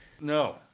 No